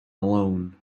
alone